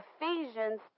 Ephesians